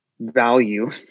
value